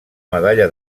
medalla